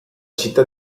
città